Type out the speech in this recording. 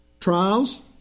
trials